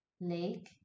lake